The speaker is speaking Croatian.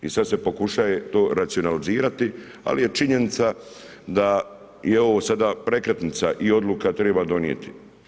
I sada se pokušava to racionalizirati, ali je činjenica da je ovo sada prekretnica i odluka treba donijeti.